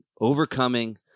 overcoming